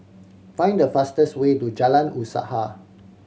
find the fastest way to Jalan Usaha